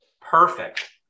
perfect